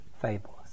fables